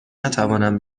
نتوانم